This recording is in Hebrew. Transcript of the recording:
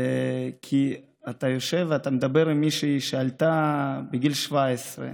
כי אתה יושב ואתה מדבר עם מישהי שעלתה בגיל 17,